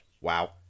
wow